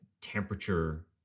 temperature